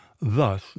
thus